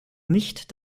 nicht